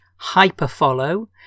hyperfollow